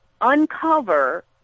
uncover